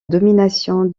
domination